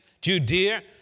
Judea